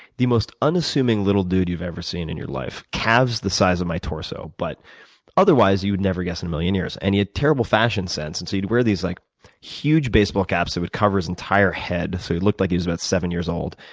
the most unassuming little dude you've ever seen in your life, calves the size of my torso but otherwise, you would never guess in a million years. and he had terrible fashion sense. and he'd wear these like huge baseball caps that would cover his entire head so looked like he was about seven years old.